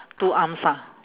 two arms ha